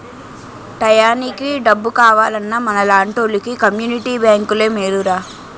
టయానికి డబ్బు కావాలన్నా మనలాంటోలికి కమ్మునిటీ బేంకులే మేలురా